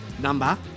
number